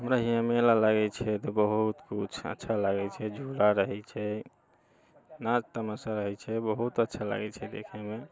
हमरा हियाँ मेला लागै छै बहुत अच्छा लागै छै झूला रहै छै नाच तमाशा रहै छै बहुत अच्छा लागै छै देखैमे